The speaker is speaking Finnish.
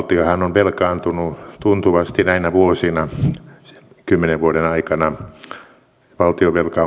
on velkaantunut tuntuvasti näinä vuosina kymmenen vuoden aikana valtionvelka